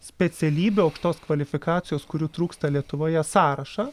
specialybių aukštos kvalifikacijos kurių trūksta lietuvoje sąrašą